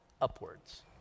upwards